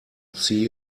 see